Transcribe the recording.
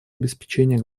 обеспечение